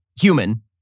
human